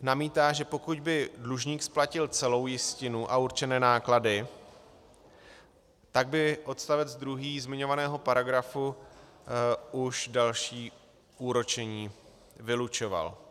Namítá, že pokud by dlužník splatil celou jistinu a určené náklady, tak by odstavec druhý zmiňovaného paragrafu už další úročení vylučoval.